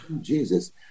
Jesus